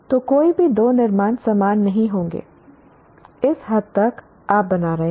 तो कोई भी दो निर्माण समान नहीं होंगे इस हद तक आप बना रहे हैं